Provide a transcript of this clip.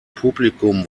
publikum